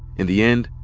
in the end,